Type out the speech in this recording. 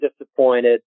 disappointed